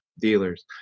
dealers